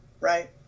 right